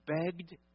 begged